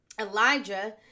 Elijah